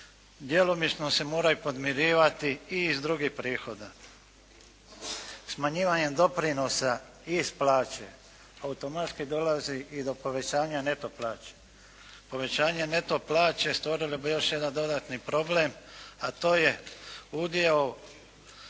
djelomično se moraju podmirivati i iz drugih prihoda. Smanjivanje doprinosa iz plaće automatski dolazi i do povećanja neto plaće. Povećanje neto plaće stvorilo bi još jedan dodatni problem, a to je udio